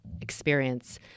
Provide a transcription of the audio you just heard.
experience